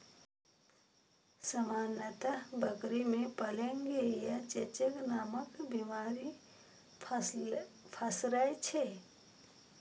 सामान्यतः बकरी मे प्लेग आ चेचक नामक बीमारी पसरै छै